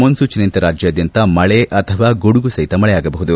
ಮುನ್ನೂಚನೆಯಂತೆ ರಾಜ್ಯಾದ್ಯಂತ ಮಳೆ ಅಥವಾ ಗುಡುಗು ಸಹಿತ ಮಳೆಯಾಗಬಹುದು